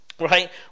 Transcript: right